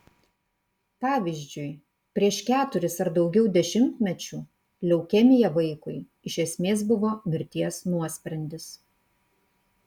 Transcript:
pavyzdžiui prieš keturis ar daugiau dešimtmečių leukemija vaikui iš esmės buvo mirties nuosprendis